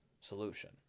solution